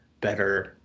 better